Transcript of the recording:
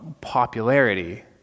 Popularity